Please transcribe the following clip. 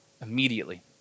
Immediately